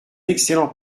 excellent